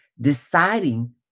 deciding